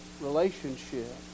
relationship